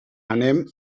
anem